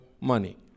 money